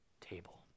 table